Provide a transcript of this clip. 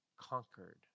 conquered